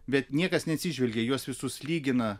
bet niekas neatsižvelgia į juos visus lygina